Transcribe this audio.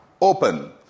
open